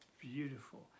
beautiful